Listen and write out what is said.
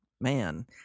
man